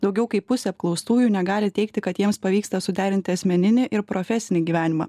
daugiau kaip pusė apklaustųjų negali teigti kad jiems pavyksta suderinti asmeninį ir profesinį gyvenimą